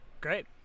Great